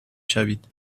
شوید